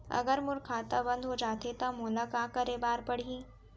अगर मोर खाता बन्द हो जाथे त मोला का करे बार पड़हि?